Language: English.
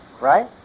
Right